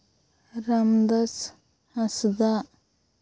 Ramdas Hansda